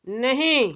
नहीं